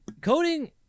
coding